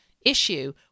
issue